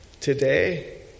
Today